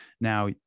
Now